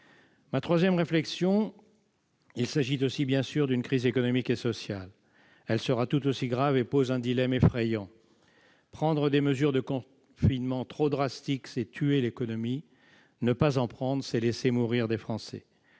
contradicteurs. Il s'agit également, bien sûr, d'une crise économique et sociale. Elle sera tout aussi grave et pose un dilemme effrayant : prendre des mesures de confinement trop drastiques, c'est tuer l'économie ; ne pas en prendre, c'est laisser mourir des Français.